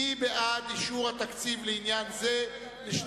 מי בעד תקציב משרד התיירות ל-2009, ירים את ידו.